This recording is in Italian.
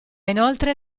inoltre